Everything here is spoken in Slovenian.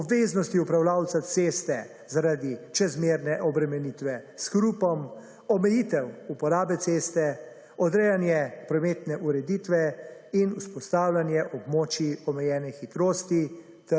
obveznosti upravljalca ceste zaradi čezmerne obremenitve s hrupom, omejitev uporabe ceste, odrejanje prometne ureditve in vzpostavljanje območij omejene hitrosti,